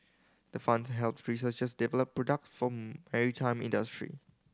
the funds helps researchers develop product from maritime industry